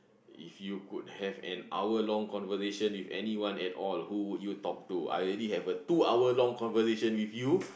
if you could have an hour long conversation with anyone at all who would you talk to I already have a two hour long conversation with you